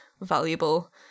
valuable